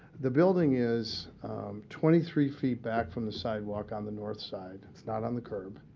the building is twenty three feet back from the sidewalk on the north side. it's not on the curb.